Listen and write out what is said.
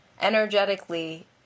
Energetically